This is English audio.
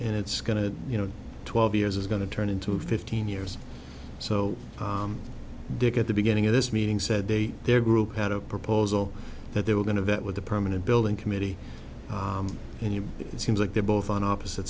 and it's going to you know twelve years is going to turn into fifteen years so dick at the beginning of this meeting said they their group had a proposal that they were going to vet with the permanent building committee and you know it seems like they're both on opposite